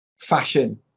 fashion